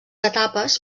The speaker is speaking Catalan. etapes